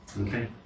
Okay